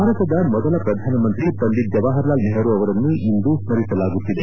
ಭಾರತದ ಮೊದಲ ಪ್ರಧಾನ ಮಂತ್ರಿ ಪಂಡಿತ್ ಜವಾಹರ್ ಲಾಲ್ ನೆಹರೂ ಅವರನ್ನು ಇಂದು ಸ್ಪರಿಸಲಾಗುತ್ತಿದೆ